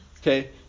okay